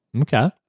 Okay